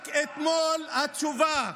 רק אתמול התשובה,